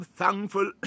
thankful